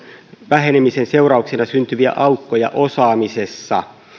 vähenemisen seurauksena syntyviä aukkoja osaamisessa